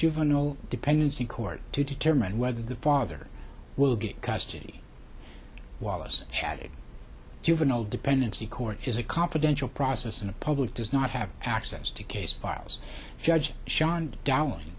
juvenile dependency court to determine whether the father will get custody wallace had a juvenile dependency court is a confidential process and the public does not have access to case files judge sean dowling